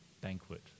banquet